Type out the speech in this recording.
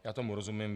Já tomu rozumím.